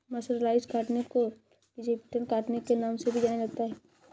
mercerised cotton को Egyptian cotton के नाम से भी जाना जाता है